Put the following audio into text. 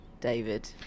David